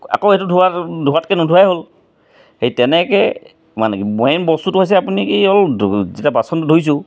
আকৌ সেইটো ধোৱা ধোৱাতকৈ নোধোৱাই হ'ল সেই তেনেকৈ মানে কি মেইন বস্তুটো হৈছে আপুনি কি যেতিয়া বাচনটো ধুইছোঁ